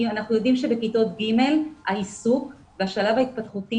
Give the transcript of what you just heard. אנחנו יודעים שבכיתות ג' העיסוק והשלב ההתפתחותי